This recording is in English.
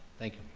thank